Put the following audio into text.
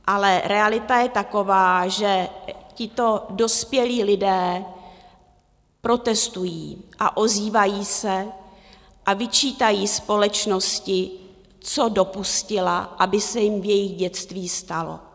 Ale realita je taková, že tito dospělí lidé protestují, ozývají se a vyčítají společnosti, co dopustila, aby se jim v jejich dětství stalo.